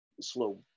slow